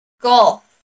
Golf